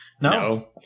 no